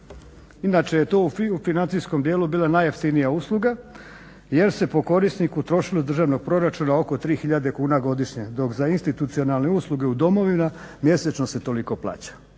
Inače je to u financijskom dijelu bila najjeftinija usluga jer se po korisniku trošili iz državnog proračuna oko 3 tisuće kuna godišnje dok za institucionalne usluge u domovima mjesečno se toliko plaća.